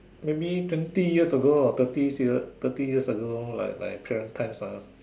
maybe twenty years ago or thirty year thirty years ago like my parents' time ah